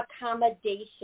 accommodation